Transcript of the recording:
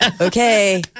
Okay